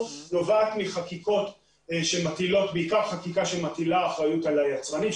נובעת בעיקר מחקיקה שמטילה אחריות על היצרנים,